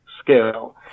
scale